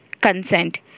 consent